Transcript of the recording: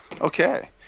Okay